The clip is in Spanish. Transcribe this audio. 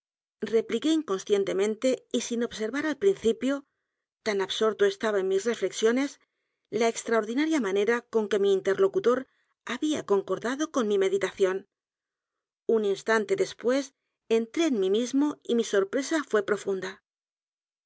repliqué inconscientemente y sin observar al principio tan absorto estaba en mis reflexiones la extraordinaria manera con que mi interlocutor había concordado con mi meditación un instante después entré en mí mismo y mi sorpresa fué profunda